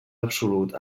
absolut